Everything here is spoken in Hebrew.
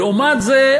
לעומת זה,